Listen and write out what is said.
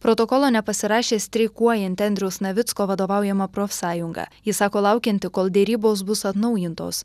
protokolo nepasirašė streikuojanti andriaus navicko vadovaujama profsąjunga ji sako laukianti kol derybos bus atnaujintos